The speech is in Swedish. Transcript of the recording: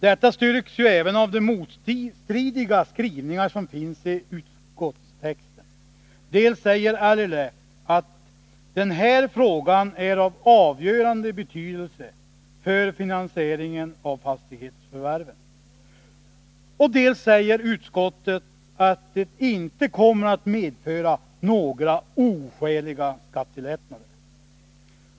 Detta styrks även av de motstridiga skrivningar som finns i utskottstexten. Dels säger LRF att den här frågan är av avgörande betydelse för finansieringen av fastighetsförvärven, dels säger utskottet att en lösning enligt utskottets förslag inte kommer att medföra några oskäliga skattelättnader.